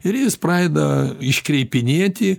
ir jis pradeda iškreipinėti